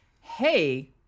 hey